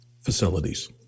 facilities